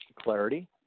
clarity